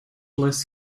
less